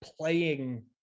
playing